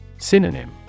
Synonym